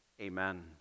Amen